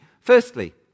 Firstly